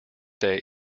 day